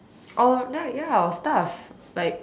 or like ya our stuff like